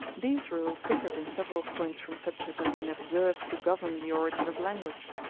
these rules differed in several points from such as had been observed to govern the origin of language.